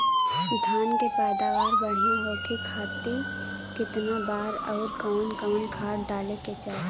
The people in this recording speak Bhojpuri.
धान के पैदावार बढ़िया होखे खाती कितना बार अउर कवन कवन खाद डाले के चाही?